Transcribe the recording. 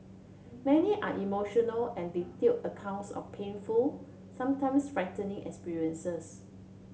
many are emotional and detailed accounts of painful sometimes frightening experiences